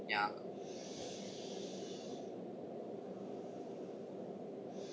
ya